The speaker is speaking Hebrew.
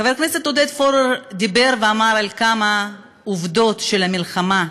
חבר הכנסת עודד פורר דיבר ואמר כמה עובדות על המלחמה.